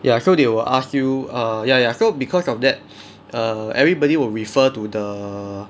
ya so they will ask you err ya ya so because of that err everybody will refer to the